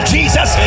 Jesus